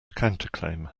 counterclaim